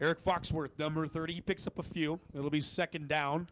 eric foxworth number thirty picks up a few it'll be second down